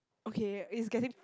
okay is getting